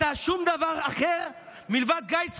אתה שום דבר אחר מלבד גיס חמישי,